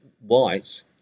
White